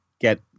get